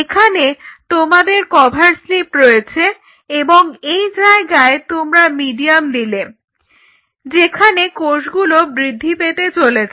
এখানে তোমাদের cover slip রয়েছে এবং এই জায়গায় তোমরা মিডিয়াম দিলে যেখানে কোষগুলো বৃদ্ধি পেতে চলেছে